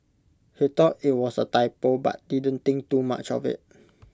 he thought IT was A typo but didn't think too much of IT